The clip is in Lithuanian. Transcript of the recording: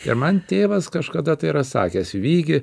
ir man tėvas kažkada tai yra sakęs vygi